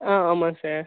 ஆ ஆமாம் சார்